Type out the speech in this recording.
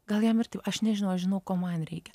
gal jiem arti aš nežinau aš žinau ko man reikia